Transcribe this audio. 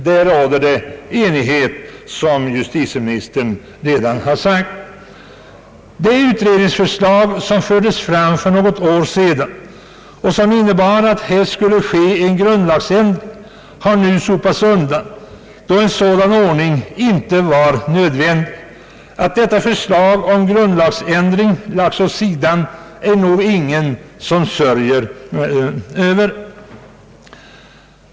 På denna punkt råder, som justitieministern konstaterat, enighet. Det utredningsförslag som lades fram för något år sedan och som innebar att här skulle ske en grundlagsändring har nu sopats undan, då en sådan ordning inte var nödvändig. Att detta förslag om grundlagsändring lagts åt sidan är det nog ingen som sörjer över.